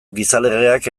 gizalegeak